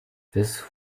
this